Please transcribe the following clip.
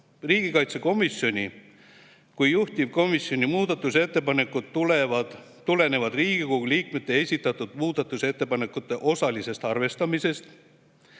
Riigikaitsekomisjoni kui juhtivkomisjoni muudatusettepanekud tulenevad Riigikogu liikmete esitatud muudatusettepanekute osalisest arvestamisest,